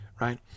right